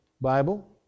Bible